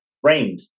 framed